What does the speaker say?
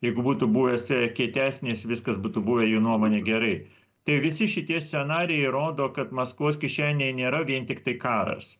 jeigu būtų buvęs kietesnis viskas būtų buvę jų nuomone gerai tai visi šitie scenarijai rodo kad maskvos kišenėje nėra vien tiktai karas